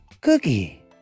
Cookie